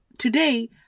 Today